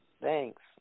Thanks